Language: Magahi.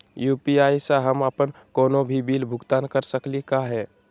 यू.पी.आई स हम अप्पन कोनो भी बिल भुगतान कर सकली का हे?